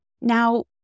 Now